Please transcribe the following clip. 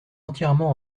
entièrement